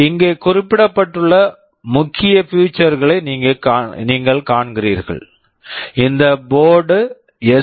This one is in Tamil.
இங்கே குறிப்பிடப்பட்டுள்ள முக்கிய பியூச்சர்ஸ் features களை நீங்கள் காண்கிறீர்கள் இந்த போர்ட்டு board எஸ்